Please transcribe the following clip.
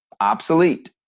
obsolete